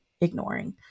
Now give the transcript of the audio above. ignoring